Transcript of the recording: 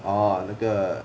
orh 那个